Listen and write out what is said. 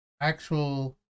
actual